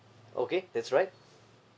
okay that's right